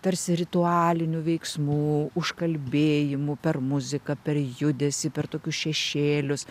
tarsi ritualinių veiksmų užkalbėjimų per muziką per judesį per tokius šešėlius